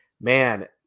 Man